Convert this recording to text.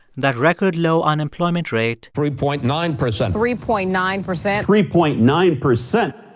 that record low unemployment rate. three point nine percent three point nine percent three point nine percent.